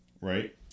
right